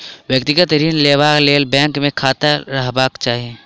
व्यक्तिगत ऋण लेबा लेल बैंक मे खाता रहबाक चाही